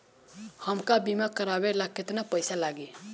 हमका बीमा करावे ला केतना पईसा लागी?